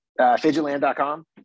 fidgetland.com